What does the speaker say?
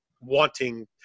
wanting –